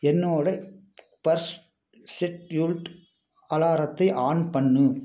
என்னோடய first scheduled அலாரத்தை on பண்ணு